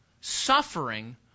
suffering